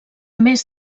més